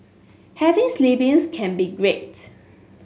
having siblings can be great